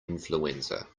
influenza